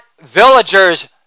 villagers